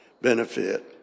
benefit